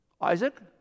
Isaac